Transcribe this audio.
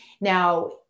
Now